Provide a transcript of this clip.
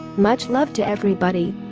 much love to everybody.